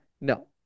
No